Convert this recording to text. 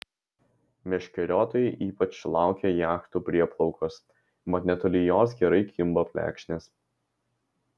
meškeriotojai ypač laukia jachtų prieplaukos mat netoli jos gerai kimba plekšnės